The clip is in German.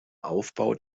aufbau